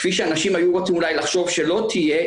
כפי שאנשים היו רוצים אולי לחשוב שלא תהיה,